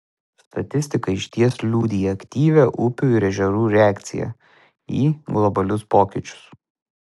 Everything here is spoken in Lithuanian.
statistika išties liudija aktyvią upių ir ežerų reakciją į globalius pokyčius